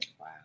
Wow